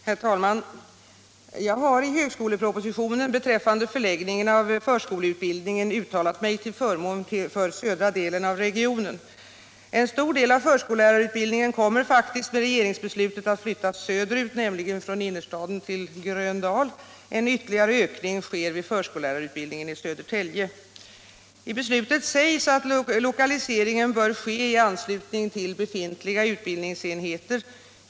Herr talman! Jag har i högskolepropositionen beträffande förläggningen av förskollärarutbildningen uttalat mig till förmån för den södra delen av regionen. En stor del av förskollärarutbildningen kommer faktiskt med regeringsbeslutet att flyttas söderut, nämligen från innerstaden till Gröndal, och en ytterligare ökning sker vid förskollärarutbildningen i Södertälje. I beslutet sägs att lokaliseringen bör ske i anslutning till befintliga utbildningsenheter.